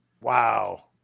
Wow